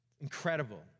incredible